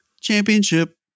Championship